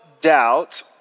doubt